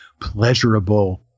pleasurable